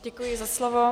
Děkuji za slovo.